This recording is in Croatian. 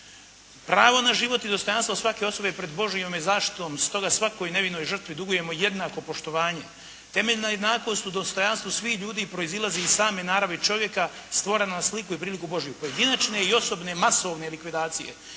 pravo na život i dostojanstvo svake osobe pred Božjom je zaštitom, stoga svakoj nevinoj žrtvi dugujemo jednako poštovanje. Temeljna jednakost u dostojanstvu svih ljudi proizlazi iz same naravi čovjeka stvorena na sliku i priliku Božju. Pojedinačne i osobne, masovne likvidacije